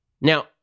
Now